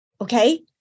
Okay